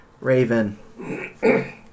Raven